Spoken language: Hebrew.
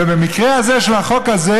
ובמקרה הזה של החוק הזה.